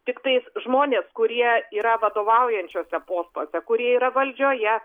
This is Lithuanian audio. tiktais žmonės kurie yra vadovaujančiuose postuose kurie yra valdžioje